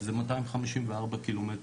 זה 254 קילומטר.